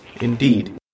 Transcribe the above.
indeed